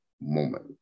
moment